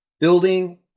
building